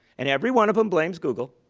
and every one of them blames google.